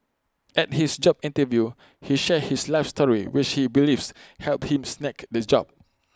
at his job interview he shared his life story which he believes helped him snag the job